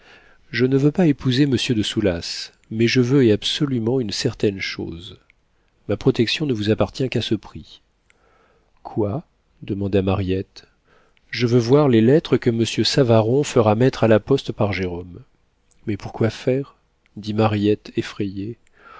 je ne veux pas épouser monsieur de soulas mais je veux et absolument une certaine chose ma protection ne vous appartient qu'à ce prix quoi demanda mariette je veux voir les lettres que monsieur savaron fera mettre à la poste par jérôme mais pourquoi faire dit mariette effrayée